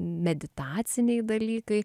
meditaciniai dalykai